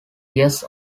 yes